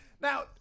Now